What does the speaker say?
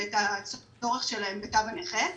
ואת הצורך שלהם בתו הנכה.